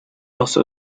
also